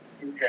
Okay